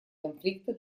конфликта